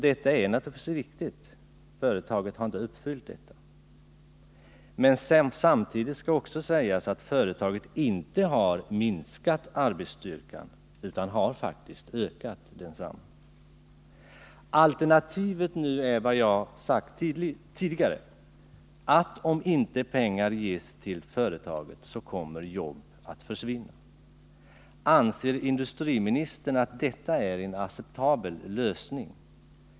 Det är sant — företaget har inte uppfyllt det löftet. Men samtidigt skall också sägas att företaget inte har minskat arbetsstyrkan utan faktiskt ökat densamma. Alternativet är nu, som jag sagt tidigare, att om inte pengar ges till företaget kommer jobb att försvinna. Anser industriministern att det är en acceptabel lösning?